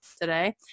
today